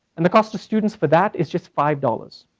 and the cost to students for that is just five dollars,